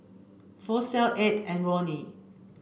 Flossie Ed and Ronny